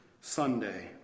Sunday